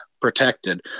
protected